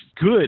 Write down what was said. good